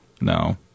No